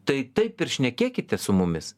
tai taip ir šnekėkite su mumis